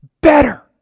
better